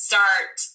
Start